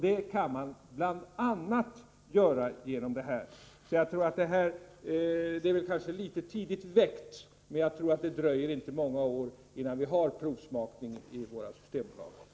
Det kan man bl.a. uppnå på det här sättet. Frågan kanske är litet för tidigt väckt, men jag tror inte det dröjer många år innan vi har provsmakning i våra systembutiker.